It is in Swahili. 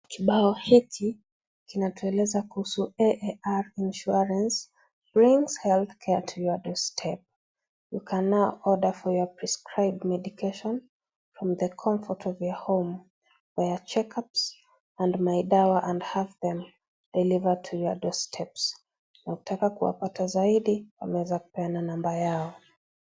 Kibao hiki kinatueleza kuhusu AAR Insurance Brings Healthcare to your Doorstep. You can now order for your prescribed medication from the comfort of your home via Check Ups and My Dawa and have them delivered to your Doosteps . Kupata maelezo zaidi, wameweza kupeana namba yao.